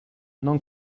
non